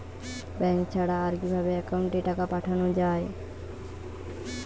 Bank ছাড়া আর কিভাবে একাউন্টে টাকা পাঠানো য়ায়?